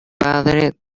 padre